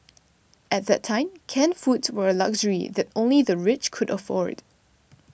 at that time canned foods were a luxury that only the rich could afford